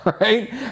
right